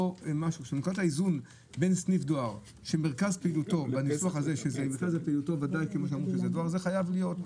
נקודת האיזון בין סניף דואר שמרכז פעילותו הוא דואר זה חייב להיות.